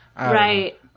right